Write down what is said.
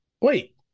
Wait